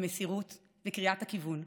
המסירות וקריאת הכיוון,